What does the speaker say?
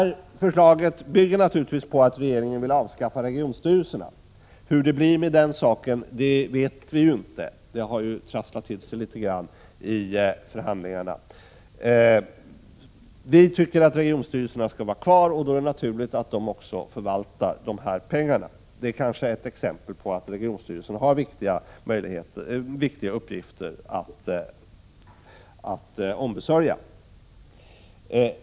Förslaget bygger naturligtvis på att regeringen vill avskaffa regionstyrelserna. Hur det blir med den saken vet vi inte — det har ju trasslat till sig litet vid förhandlingarna. Vi tycker att regionstyrelserna skall vara kvar, och då är det naturligt att de också förvaltar dessa pengar, vilket kan ses som ett exempel på att regionstyrelserna har viktiga uppgifter att ombesörja.